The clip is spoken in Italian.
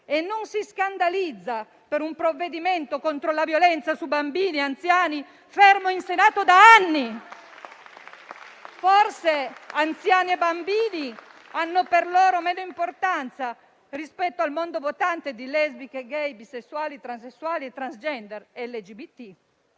e non si scandalizza per un provvedimento contro la violenza su bambini e anziani fermo in Senato da anni? Forse anziani e bambini hanno per loro meno importanza rispetto al mondo votante di lesbiche, *gay*, bisessuali, transessuali e transgender (LGBT)?